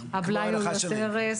שהבלאי הוא יותר.